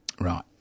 Right